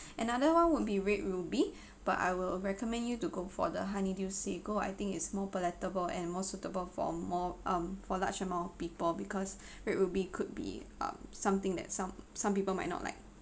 another one would be red ruby but I will recommend you to go for the honeydew sago I think it's more palatable and more suitable for more um for large amount of people because red ruby could be um something that some some people might not like